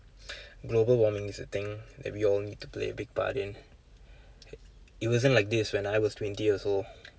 global warming is a thing that we all need to play a big part in it it wasn't like this when I was twenty years old